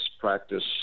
practice